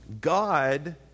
God